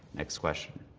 next question.